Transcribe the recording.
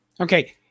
Okay